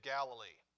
Galilee